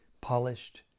polished